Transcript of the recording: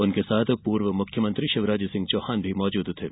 उनके साथ पूर्व मुख्यमंत्री शिवराज सिंह चौहान भी मौजूद थे